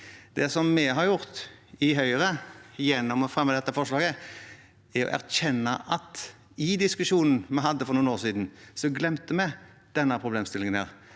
Det vi har gjort i Høyre gjennom å fremme dette forslaget, er å erkjenne at i diskusjonen vi hadde for noen år siden, glemte vi denne problemstillingen.